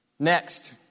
Next